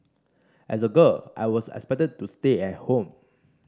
as a girl I was expected to stay at home